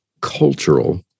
cultural